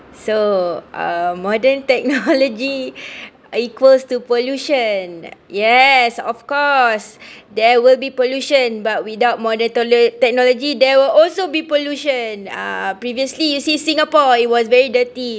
so um modern technology equals to pollution yes of course there will be pollution but without modern technology there will also be pollution uh previously you see singapore it was very dirty